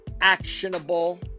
actionable